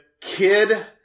kid